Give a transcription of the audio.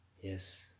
Yes